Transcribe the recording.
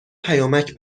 پیامک